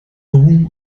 ruhm